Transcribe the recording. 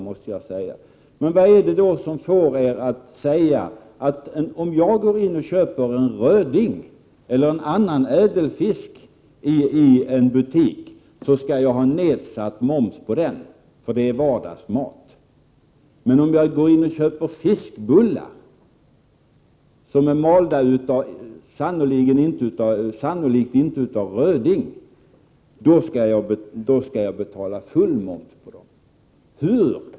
Vad får er att föreslå att jag, om jag går in i en butik och köper en röding eller en annan ädelfisk, skall ha nedsatt moms på den, eftersom det är vardagsmat, men att jag, om jag köper fiskbullar, som sannolikt inte är malda av röding, skall betala full moms på dem?